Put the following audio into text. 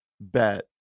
bet